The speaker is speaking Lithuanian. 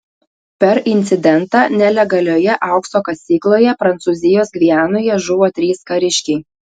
per incidentą nelegalioje aukso kasykloje prancūzijos gvianoje žuvo trys kariškiai